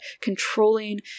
controlling